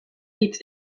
hitz